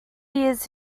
years